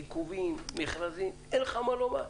עיכובים, מכרזים, אין לך מה לומר?